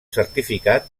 certificat